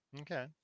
Okay